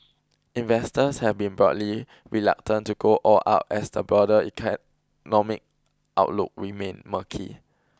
investors have been broadly reluctant to go all out as the broader outlook remained murky